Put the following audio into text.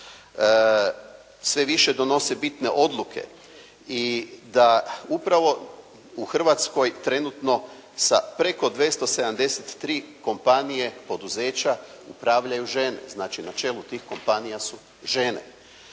Sve više donose bitne odluke i da upravo u Hrvatskoj trenutno sa preko 273 kompanije, poduzeća upravljaju žene. Znači na čelu tih kompanija su žene.